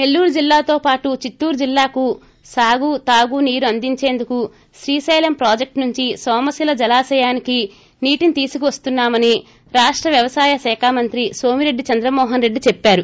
నెల్లూరు జిల్లాతో పాటు చిత్తూరు జిల్లాకు సాగు తాగు నీరు అందించేందుకు శ్రీ శైలం ప్రాజెక్ష్ నుంచి నోమశిల జలాశయానికి నీటిని తీసుకు వస్తున్నా మని రాష్ట వ్యవసాయ ్ శాఖ మంత్రి నోమిరెడ్డి చంద్రమోనన్ రెడ్డి చెప్పారు